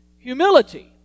humility